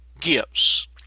gifts